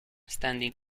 standing